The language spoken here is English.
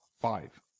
five